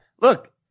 Look